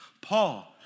Paul